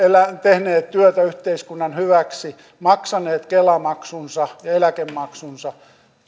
tehneet työtä yhteiskunnan hyväksi maksaneet kela maksunsa ja eläkemaksunsa